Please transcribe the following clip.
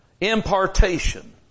impartation